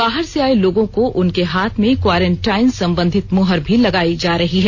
बाहर से आये लोगो को उनके हाथ मे क्वॉरेंटाइन संबंधित मुहर भी लगाई जा रही है